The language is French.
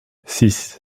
six